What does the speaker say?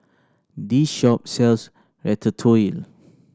this shop sells Ratatouille